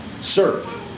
serve